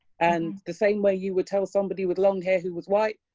and the same way you would tell somebody with long hair who was white.